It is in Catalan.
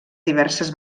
diverses